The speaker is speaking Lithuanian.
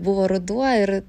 buvo ruduo ir